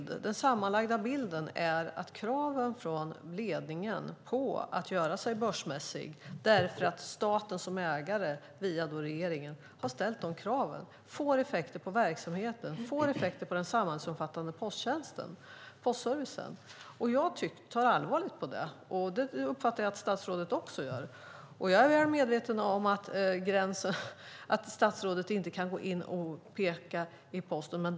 Den sammanlagda bilden är att kraven från ledningen på att göra sig börsmässig, därför att staten som ägare via regeringen har ställt de kraven, får effekter på verksamheten och den samhällsomfattande posttjänsten och postservicen. Jag tar allvarligt på det. Det uppfattar jag att statsrådet också gör. Jag är väl medveten om att statsrådet inte kan gå in och peka i Posten.